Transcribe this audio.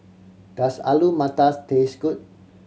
does Alu Matars taste good